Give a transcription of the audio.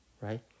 right